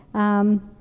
um,